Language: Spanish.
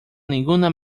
ninguna